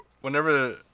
whenever